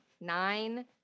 nine